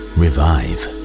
revive